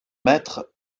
mètre